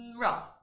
Ross